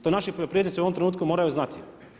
To naši poljoprivrednici u ovom trenutku moraju znati.